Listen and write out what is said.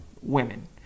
women